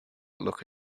look